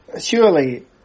surely